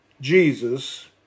Jesus